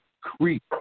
creep